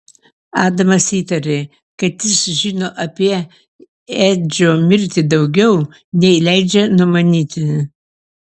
adamas įtarė kad jis žino apie edžio mirtį daugiau nei leidžia numanyti